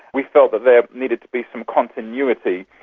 we felt that there needed to be some continuity.